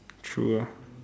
true ah